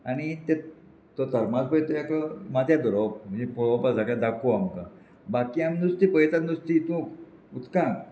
आनी तें तो थर्मास पय तो एकलो माथ्यार धरोवप म्हणजे पळोवपा सगळें दाखोवप आमकां बाकी आमी नुस्तें पळयतात नुस्तें हितूंक उदकांत